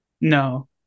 no